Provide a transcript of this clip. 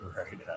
Right